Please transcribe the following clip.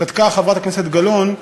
צדקה חברת הכנסת גלאון,